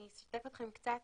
אני אשתף אתכם בקצת